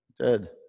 good